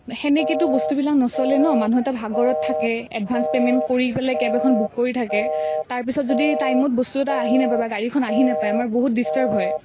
সেনেকৈতো বস্তুবিলাক নচলে ন' মানুহ এটা ভাগৰত থাকে এডভাঞ্চ পেমেণ্ট কৰি পেলাই কেব এখন বুক কৰি থাকে তাৰপিছত যদি টাইমত বস্তু এটা আহি নেপায় বা গাড়ীখন আহি নেপায় আমাৰ বহুত ডিষ্টাৰ্ব হয়